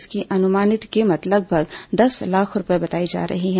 इसकी अनुमानित कीमत लगभग दस लाख रूपये बताई जा रही है